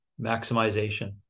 maximization